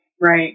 right